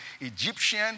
Egyptian